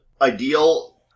ideal